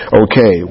okay